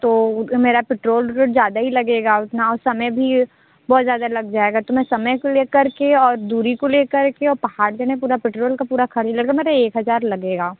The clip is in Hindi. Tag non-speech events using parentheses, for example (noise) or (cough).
तो मेरा पेट्रोल रेट ज़्यादा ही लगेगा उतना समय भी बहुत ज़्यादा लग जाएगा तो मैं समय को लेकर के और दूरी को लेकर के और पहाड़ देने पूरा पेट्रोल का पूरा खाली (unintelligible) मतलब एक हज़ार लगेगा